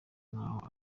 nkaho